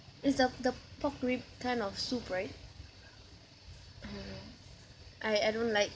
it's the the pork rib kind of soup right mm I I don't like